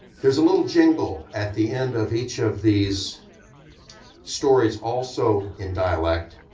there's a little jingle at the end of each of these stories, also in dialect,